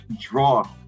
draw